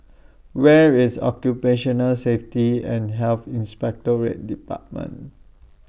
Where IS Occupational Safety and Health Inspectorate department